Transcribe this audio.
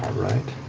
right.